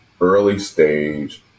early-stage